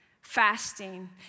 fasting